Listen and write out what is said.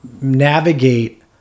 navigate